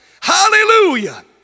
Hallelujah